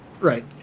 Right